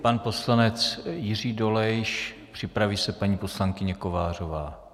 Pan poslanec Jiří Dolejš, připraví se paní poslankyně Kovářová.